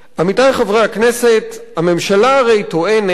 עמיתי חברי הכנסת, הממשלה הרי טוענת